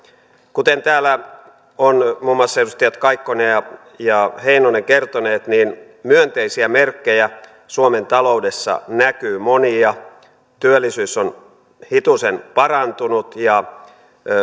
kuten täällä ovat muun muassa edustajat kaikkonen ja ja heinonen kertoneet niin myönteisiä merkkejä suomen taloudessa näkyy monia työllisyys on hitusen parantunut ja